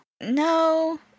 No